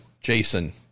Jason